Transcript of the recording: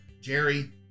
Jerry